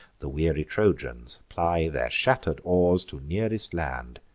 the weary trojans ply their shatter'd oars to nearest land,